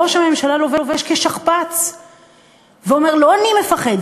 ראש הממשלה לובש כשכפ"ץ ואומר: לא אני מפחד,